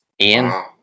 Ian